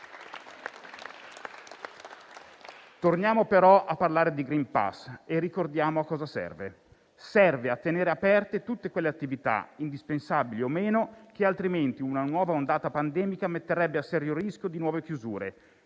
Torniamo però a parlare di *green pass* e ricordiamo a cosa serve. Serve a tenere aperte tutte quelle attività, indispensabili o no, che altrimenti una nuova ondata pandemica metterebbe a serio rischio di nuove chiusure,